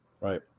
Right